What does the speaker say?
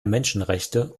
menschenrechte